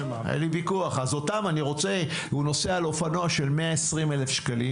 הוא נוסע על אופנוע של 120,000 שקלים